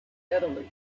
italy